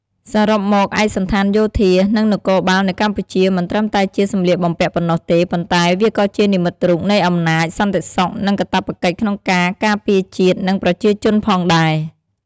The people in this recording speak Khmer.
សរុបមក ឯកសណ្ឋានយោធា និងនគរបាលនៅកម្ពុជា មិនត្រឹមតែជាសម្លៀកបំពាក់ប៉ុណ្ណោះទេ ប៉ុន្តែវាក៏ជានិមិត្តរូបនៃអំណាច សន្តិសុខ និងកាតព្វកិច្ចក្នុងការការពារជាតិ និងប្រជាជនផងដែរ។